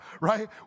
right